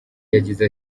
yagize